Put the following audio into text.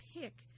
pick